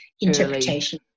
interpretation